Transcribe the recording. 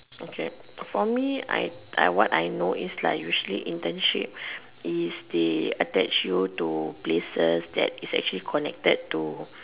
okay for me I what I know is like usually internship is the attached you to places that is actually connected to